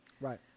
Right